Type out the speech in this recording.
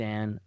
Dan